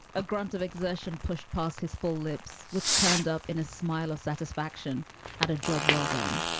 a grunt of exertion pushed past his full lips, which turned up in a smile of satisfaction at a job well done.